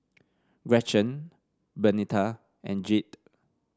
Gretchen Bernita and Jayde